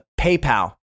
PayPal